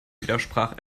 widersprach